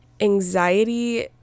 anxiety